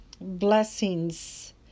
blessings